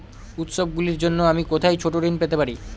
উত্সবগুলির জন্য আমি কোথায় ছোট ঋণ পেতে পারি?